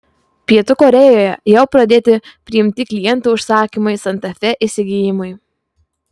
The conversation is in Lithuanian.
pietų korėjoje jau pradėti priimti klientų užsakymai santa fe įsigijimui